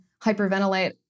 hyperventilate